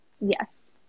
Yes